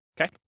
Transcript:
Okay